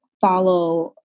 follow